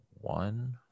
one